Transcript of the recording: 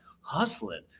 hustling